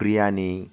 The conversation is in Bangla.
বিরিয়ানি